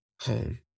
home